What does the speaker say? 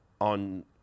on